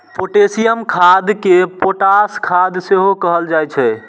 potassium खाद कें potash खाद सेहो कहल जाइ छै